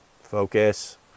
Focus